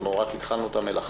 אנחנו רק התחלנו את המלאכה